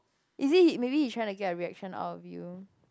is it he maybe he trying to get a reaction out of you